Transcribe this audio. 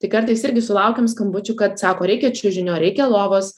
tai kartais irgi sulaukiam skambučių kad sako reikia čiužinio reikia lovos